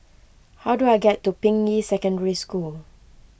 how do I get to Ping Yi Secondary School